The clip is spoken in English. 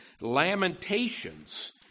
Lamentations